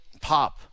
pop